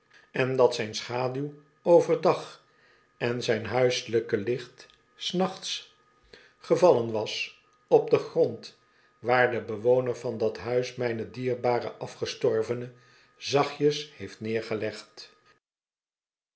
en dat zijn schaduw over dag en zijn huiselijk licht s nachts gevallen was op den grond waar de bewoner van dat huis mijne dierbare afgestorvene zachtjes heeft neergelegd